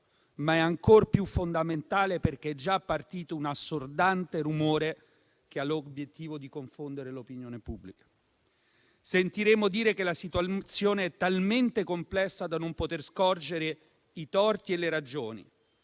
ma è ancor più fondamentale perché è già partito un assordante rumore che ha l'obiettivo di confondere l'opinione pubblica. Sentiremo dire che la situazione è talmente complessa da non poter scorgere i torti e le ragioni;